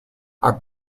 are